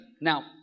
Now